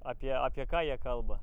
apie apie ką jie kalba